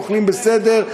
ואוכלים בסדר,